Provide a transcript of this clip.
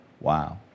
Wow